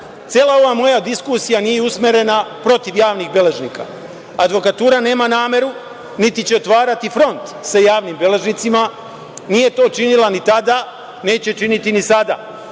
cela ova moja diskusija nije usmerena protiv javnih beležnika. Advokatura nema nameru, niti će otvarati front sa javnim beležnicima, nije to činila ni tada, neće činiti ni sada,